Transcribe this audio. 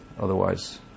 Otherwise